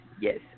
Yes